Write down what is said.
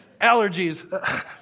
allergies